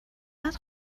قدر